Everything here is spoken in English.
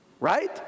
right